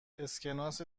اسکناس